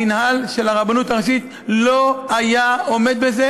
המינהל של הרבנות הראשית לא היה עומד בזה,